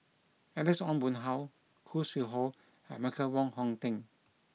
Alex Ong Boon Hau Khoo Sui Hoe and Michael Wong Hong Teng